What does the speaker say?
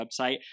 website